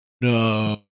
no